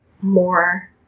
more